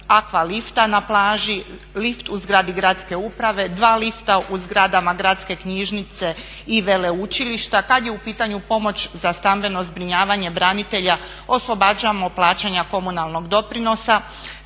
aqua lifta na plaži, lift u zgradi gradske uprave, 2 lifta u zgradama gradske knjižnice i veleučilišta. Kad je u pitanju pomoć za stambeno zbrinjavanje branitelja oslobađamo plaćanja komunalnog doprinosa,